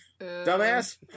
Dumbass